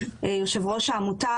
יושב ראש העמותה,